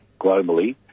globally